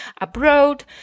abroad